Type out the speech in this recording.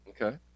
Okay